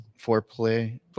Foreplay